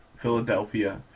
Philadelphia